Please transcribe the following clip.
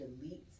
delete